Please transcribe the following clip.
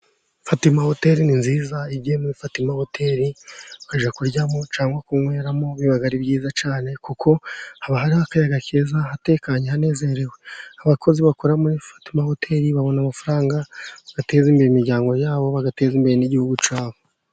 Fatima Hoteli ni nziza. Iyo ugiye muri Fatima Hoteli, ukajya kuryamo cyangwa kunyweramo biba ari byiza cyane kuko haba hariho akayaga hatekanye, hanezerewe. Abakozi bakora muri Fatima Hoteli babona amafaranga bagateza imbere imiyango yabo bagateza imbere n'igihugu cyabo.